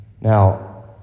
Now